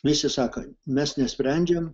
visi sako mes nesprendžiam